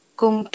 kung